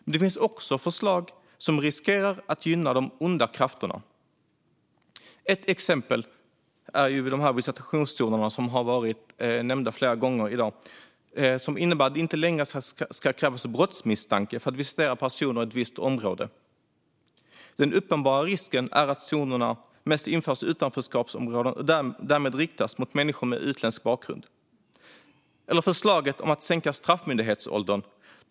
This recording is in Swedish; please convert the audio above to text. Men det finns också förslag som riskerar att gynna de onda krafterna. Ett exempel är de visitationszoner som har nämnts flera gånger i dag. De innebär att det inte längre ska krävas brottsmisstanke för att visitera personer i ett visst område. Den uppenbara risken är att zonerna mest införs i utanförskapsområden och därmed riktas mot människor med utländsk bakgrund. Ett annat exempel är förslaget om att sänka straffmyndighetsåldern.